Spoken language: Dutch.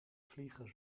vliegen